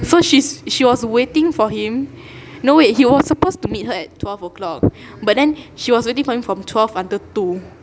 so she's she was waiting for him no wait he was supposed to meet her at twelve o'clock but then she was waiting for him from twelve until two